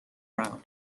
round